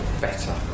better